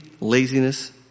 laziness